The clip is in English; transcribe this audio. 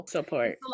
Support